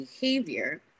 behavior